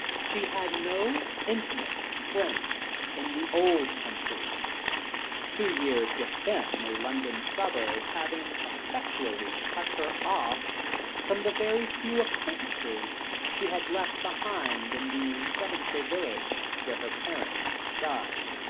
she had no intimate friends in the old country two years with them in a london suburb having effectually cut her off from the very few acquaintances she had left behind, in the devonshire village, where her parents died.